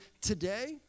today